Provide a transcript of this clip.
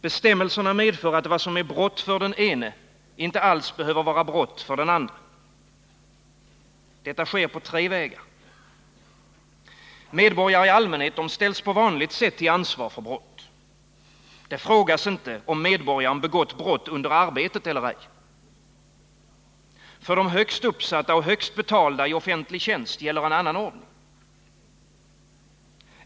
Bestämmelserna medför att vad som är brott för den ene inte alls behöver vara brott för den andre. Detta sker på tre vägar. Medborgare i allmänhet ställs på vanligt sätt till ansvar för brott. Det frågas inte om medborgaren begått brottet under arbetet eller ej. För de högst uppsatta och högst betalda i offentlig tjänst gäller en annan ordning.